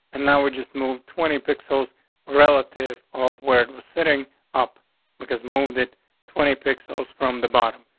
and now we just moved twenty pixels relative off where it was sitting up because moved it twenty pixels from the bottom.